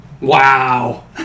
Wow